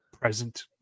present